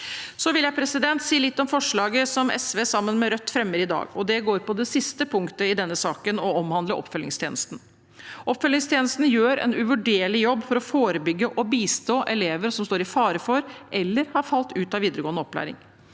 Så vil jeg si litt om forslaget som SV fremmer sammen med Rødt i dag, og det går på det siste punktet i denne saken og omhandler oppfølgingstjenesten. Oppfølgingstjenesten gjør en uvurderlig jobb med å forebygge og bistå elever som står i fare for, eller som har falt ut av videregående opplæring.